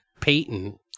payton